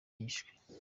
yishwe